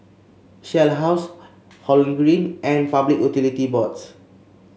Shell House Holland Green and Public Utility Boards